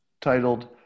titled